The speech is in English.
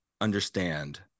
understand